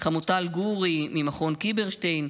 חמוטל גורי ממכון קיברשטיין,